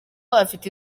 afite